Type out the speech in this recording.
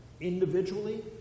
individually